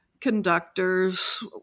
conductors